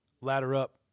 ladder-up